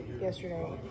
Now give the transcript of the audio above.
yesterday